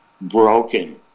broken